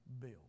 Bill